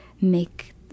make